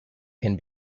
can